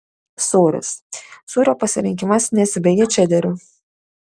sūris sūrio pasirinkimas nesibaigia čederiu